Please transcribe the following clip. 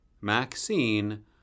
Maxine